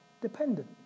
dependent